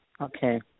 Okay